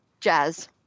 jazz